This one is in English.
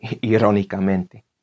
Irónicamente